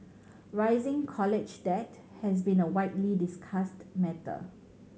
rising college debt has been a widely discussed matter